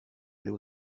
aller